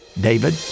David